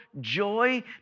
joy